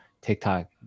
TikTok